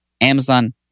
Amazon